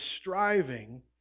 striving